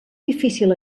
difícil